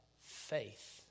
faith